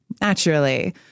naturally